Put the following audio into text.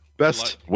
Best